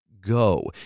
go